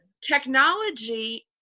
technology